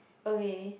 okay